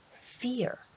fear